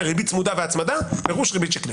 "ריבית צמודה והצמדה" פירוש ריבית שקלית.